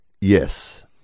Yes